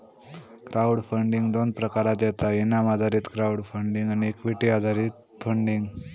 crowd funding दोन प्रकारात येता इनाम आधारित क्राउड फंडिंग आणि इक्विटी आधारित फंडिंग